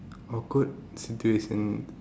awkward situation